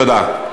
תודה.